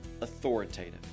authoritative